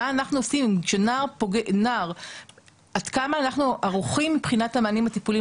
מה אנחנו עושים ועד כמה אנחנו ערוכים מבחינת מענים טיפוליים?